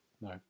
No